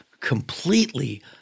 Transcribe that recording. completely